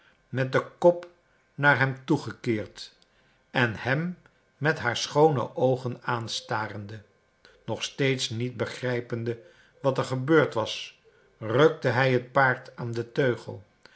met den kop naar hem toegekeerd en hem met haar schoone oogen aanstarende nog steeds niet begrijpend wat er gebeurd was rukte hij het paard aan den teugel